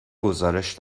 گزارش